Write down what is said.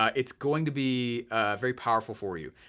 ah it's going to be very powerful for you.